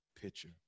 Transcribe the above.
picture